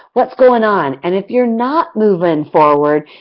what's going on? and if you're not moving forward,